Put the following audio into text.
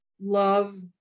Love